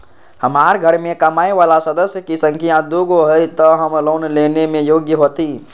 हमार घर मैं कमाए वाला सदस्य की संख्या दुगो हाई त हम लोन लेने में योग्य हती?